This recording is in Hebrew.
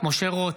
משה רוט,